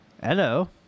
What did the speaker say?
Hello